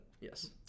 yes